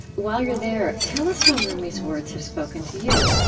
while you're there, tell us how rumi's words have spoken to you.